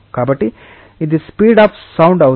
కాబట్టి ఇది speed of sound అవుతుంది